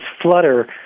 flutter